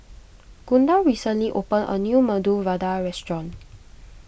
Gunda recently opened a new Medu Vada restaurant